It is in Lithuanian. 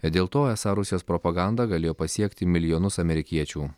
dėl to esą rusijos propaganda galėjo pasiekti milijonus amerikiečių